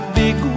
big